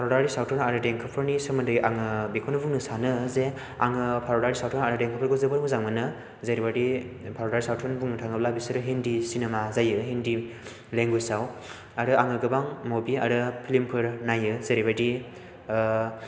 भारतारि सावथुन आरो देंखोफोरनि सोमोन्दै आङो बेखौनो बुंनो सानो जे आङो भारतारि सावथुन आरो देंखोफोरखौ जोबोर मोजां मोनो जेरैबादि भारतारि सावथुन बुंनो थाङोब्ला बेफोरो हिन्दी सिनेमा जायो हिन्दी लेंगुवेज आव आरो आङो गोबां मुभि आरो फिल्म फोर नायो जेरैबायदि